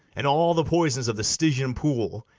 and all the poisons of the stygian pool,